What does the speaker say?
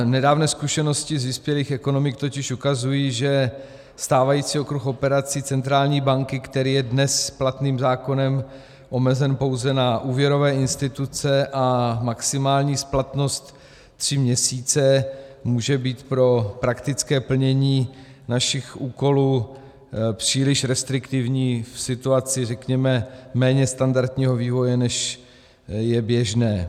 Nedávné zkušenosti z vyspělých ekonomik totiž ukazují, že stávající okruh operací centrální banky, který je dnes platným zákonem omezen pouze na úvěrové instituce a maximální splatnost tři měsíce, může být pro praktické plnění našich úkolů příliš restriktivní v situaci méně standardního vývoje, než je běžné.